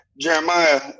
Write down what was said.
Jeremiah